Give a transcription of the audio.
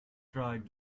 tried